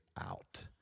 out